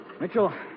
Mitchell